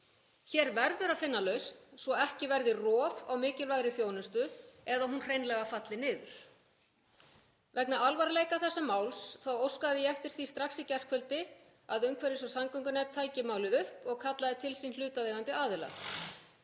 Hér verður að finna lausn svo ekki verði rof á mikilvægri þjónustu eða hún hreinlega falli niður. Vegna alvarleika þessa máls þá óskaði ég eftir því strax í gærkvöldi að umhverfis- og samgöngunefnd tæki málið upp og kallaði til sín hlutaðeigandi aðila.